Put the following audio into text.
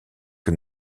que